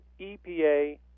EPA